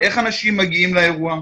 איך אנשים מגיעים לאירוע,